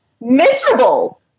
Miserable